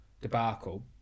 debacle